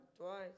Twice